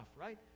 right